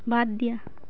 বাদ দিয়া